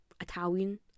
Italian